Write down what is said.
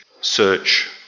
search